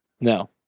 No